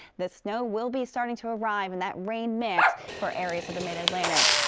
this snow will be starting to arrive, and that rain mix for areas of the mid-atlantic.